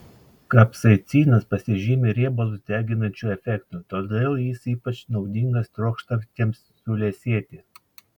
kapsaicinas pasižymi riebalus deginančiu efektu todėl jis ypač naudingas trokštantiems suliesėti